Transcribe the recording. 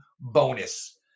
bonus